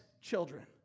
children